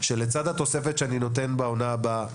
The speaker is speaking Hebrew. שלצד התוספת שאני נותן בעונה הבאה,